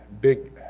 big